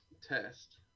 test